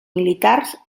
militars